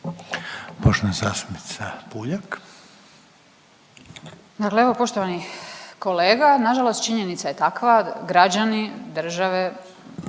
poštovani kolega, nažalost činjenica je takva građani države